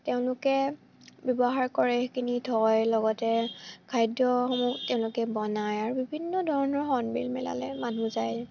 তেওঁলোকে ব্যৱহাৰ কৰে সেইখিনি থয় লগতে খাদ্যসমূহ তেওঁলোকে বনায় আৰু বিভিন্ন ধৰণৰ হৰ্ণবিল মেলালৈ মানুহ যায়